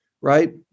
right